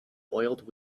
oiled